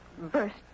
burst